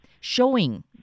showing